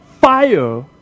fire